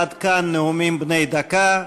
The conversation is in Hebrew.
עד כאן נאומים בני דקה.